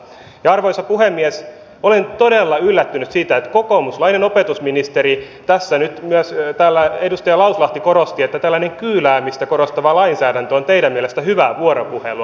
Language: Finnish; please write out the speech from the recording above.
ja arvoisa puhemies olen todella yllättynyt siitä että kokoomuslainen opetusministeri myös edustaja lauslahti tässä nyt korosti että tällainen kyyläämistä korostava lainsäädäntö on teidän mielestänne hyvää vuoropuhelua